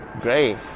grace